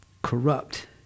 corrupt